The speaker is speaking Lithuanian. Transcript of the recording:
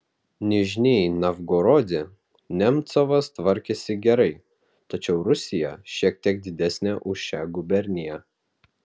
nižnij novgorode nemcovas tvarkėsi gerai tačiau rusija šiek tiek didesnė už šią guberniją